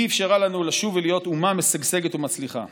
היא אפשרה לנו לשוב ולהיות אומה משגשגת ומצליחה.